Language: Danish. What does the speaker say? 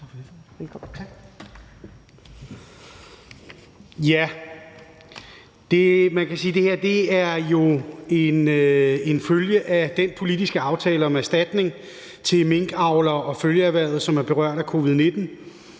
at det her jo er en følge af den politiske aftale om erstatning til minkavlere og følgeerhverv, som er berørt af covid-19,